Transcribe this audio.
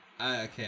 Okay